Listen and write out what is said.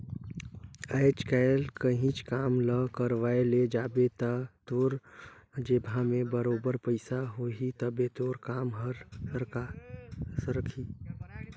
आएज काएल काहींच काम ल करवाए ले जाबे ता तोर जेबहा में बरोबेर पइसा होही तबे तोर काम हर सरकही